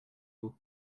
vous